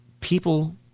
People